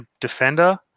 defender